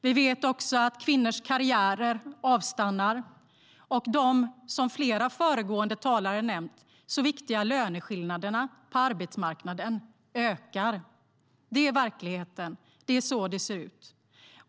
Vi vet också att kvinnors karriärer avstannar och att de så viktiga löneskillnaderna på arbetsmarknaden ökar, som flera föregående talare har nämnt. Det är verkligheten. Det är så det ser ut.